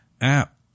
app